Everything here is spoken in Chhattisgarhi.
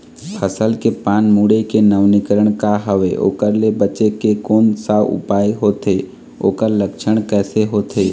फसल के पान मुड़े के नवीनीकरण का हवे ओकर ले बचे के कोन सा उपाय होथे ओकर लक्षण कैसे होथे?